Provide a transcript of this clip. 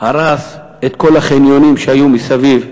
הרס את כל החניונים שהיו מסביב לאתר.